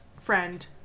friend